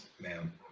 ma'am